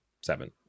seven